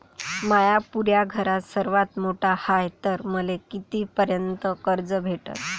म्या पुऱ्या घरात सर्वांत मोठा हाय तर मले किती पर्यंत कर्ज भेटन?